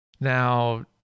Now